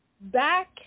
back